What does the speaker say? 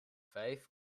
vijf